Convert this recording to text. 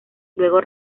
luego